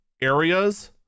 areas